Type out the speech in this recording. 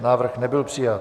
Návrh nebyl přijat.